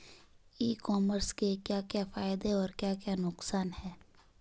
ई commerce के क्या क्या फायदे और क्या क्या नुकसान है?